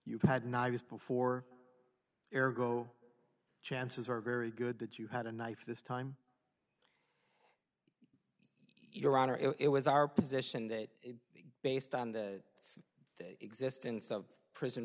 you've had not just before air go chances are very good that you had a knife this time your honor it was our position that based on the existence of prison